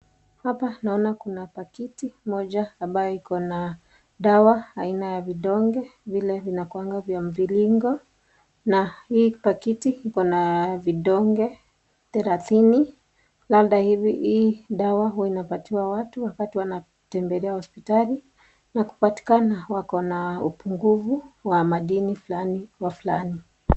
Hapa naona kuna pakiti, moja, ambayo iko na dawa, aina ya vidonge, vile vinakuanga vya mviringo, na hii pakiti, iko na vidonge therathini, labda hii dawa huwa inapatiwa watu wakati wanatembelea hospitali, na kupatikana wako na upungufu wa madini flani, wa flani.